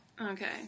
Okay